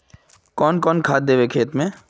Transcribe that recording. कौन कौन खाद देवे खेत में?